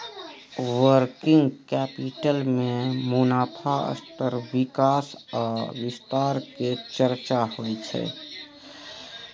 working capital में मुनाफ़ा स्तर विकास आ विस्तार के चर्चा होइ छइ